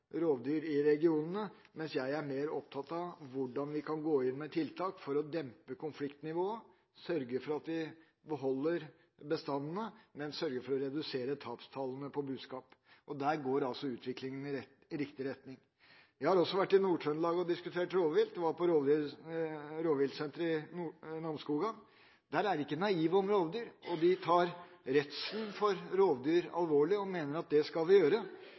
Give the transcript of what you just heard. rovdyr i regionene, mens jeg er mer opptatt av hvordan vi kan gå inn med tiltak for å dempe konfliktnivået og sørge for at vi beholder bestandene, men sørger for å redusere tapstallene på buskap. Der går utviklingen i riktig retning. Jeg har også vært i Nord-Trøndelag og diskutert rovvilt. Jeg var på rovviltsenteret på Namsskogan. Der er de ikke naive om rovdyr, og de tar redselen for rovdyr alvorlig, og mener at det skal vi gjøre.